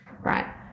Right